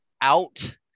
out